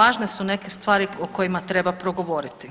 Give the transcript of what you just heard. važne su neke stvari o kojima treba progovoriti.